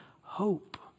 hope